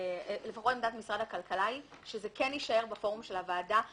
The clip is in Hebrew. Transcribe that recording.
עמדת משרד הכלכלה היא שזה יישאר בפורום של הוועדה,